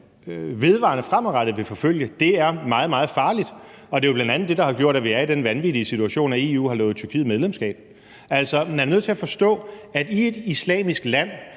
den, landet fremadrettet vil forfølge, er meget, meget farligt, og det er jo bl.a. det, der har gjort, at vi er i den vanvittige situation, at EU har lovet Tyrkiet medlemskab. Altså, man er nødt til at forstå, at i et islamisk land